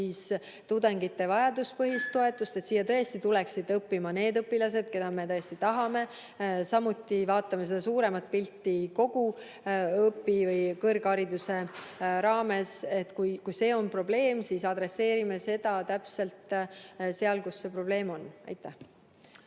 tudengite vajaduspõhist toetust, et siia tuleksid õppima need õpilased, keda me tõesti tahame. Samuti vaatame suuremat pilti kogu kõrghariduse raames. Kui see on probleem, siis tegeleme sellega täpselt seal, kus see probleem on. Kert